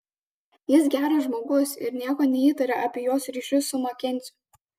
jis geras žmogus ir nieko neįtaria apie jos ryšius su makenziu